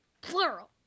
Plural